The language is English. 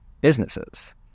businesses